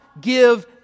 give